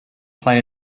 play